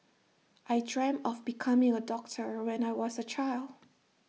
I dreamt of becoming A doctor when I was A child